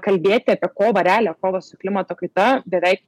kalbėti apie kovą realią kovą su klimato kaita beveik